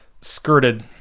skirted